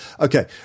Okay